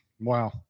Wow